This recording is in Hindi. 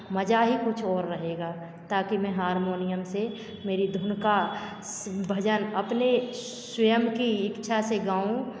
मज़ा ही कुछ और रहेगा ताकि मैं हारमोनियम से मेरी धुन का भजन अपने स्वयं की इच्छा से गाऊँ